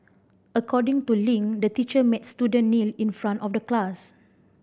according to Ling the teacher made student kneel in front of the class